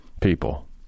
people